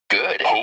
Good